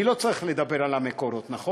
אני לא צריך לדבר על המקורות, נכון?